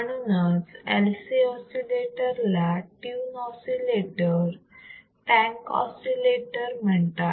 म्हणूनच LC oscillator ला tune oscillator tank oscillator म्हणतात